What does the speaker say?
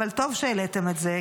אבל טוב שהעליתם את זה,